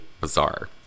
bizarre